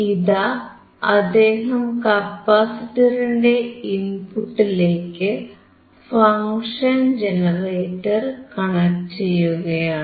ഇതാ അദ്ദേഹം കപ്പാസിറ്ററിന്റെ ഇൻപുട്ടിലേക്ക് ഫങ്ഷൻ ജനറേറ്റർ കണക്ട് ചെയ്യുകയാണ്